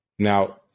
Now